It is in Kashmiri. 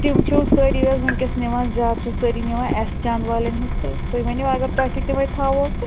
تِم چھُو سٲری حظ وُنکیٚس نِوان زیادٕ چھُو سٲری نِوان ایٚس چانٛد والیٚن ہنٛز تہٕ تُہۍ ؤنِو اگر تۄہہِ تہِ تِمٔے تھاوہو تہٕ